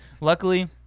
luckily